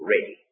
ready